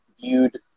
viewed